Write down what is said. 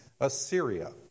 Assyria